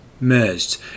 merged